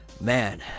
man